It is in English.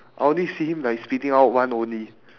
I only see him like spitting out one only